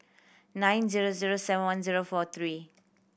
nine zero zero seven one zero four three